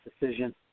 decision